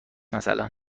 مثلا